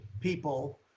people